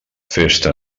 festa